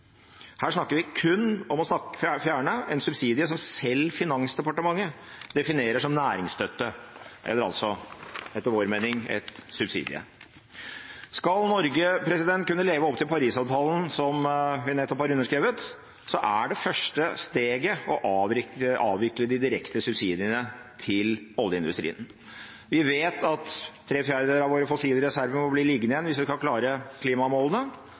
Her snakker vi kun om å fjerne en subsidie som selv Finansdepartementet definerer som næringsstøtte, eller altså etter vår mening en subsidie. Skal Norge kunne leve opp til Paris-avtalen, som vi nettopp har underskrevet, er det første steget å avvikle de direkte subsidiene til oljeindustrien. Vi vet at tre fjerdedeler av våre fossile reserver må bli liggende igjen hvis vi skal klare klimamålene.